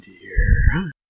dear